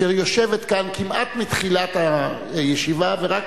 אשר יושבת כאן כמעט מתחילת הישיבה ורק